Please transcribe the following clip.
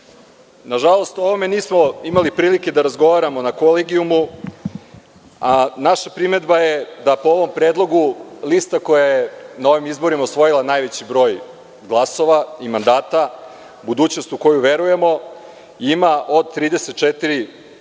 izbora. Nažalost, o ovome nismo imali prilike da razgovaramo na kolegijumu, a naša primedba je da po ovom predlogu lista koja je na ovim izborima osvojila najveći broj glasova i mandata, „Budućnost u koju verujemo“, ima od 34 člana